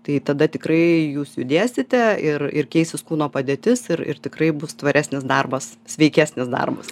tai tada tikrai jūs judėsite ir ir keisis kūno padėtis ir ir tikrai bus tvaresnis darbas sveikesnis darbas